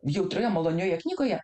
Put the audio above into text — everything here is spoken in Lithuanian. jautrioje malonioje knygoje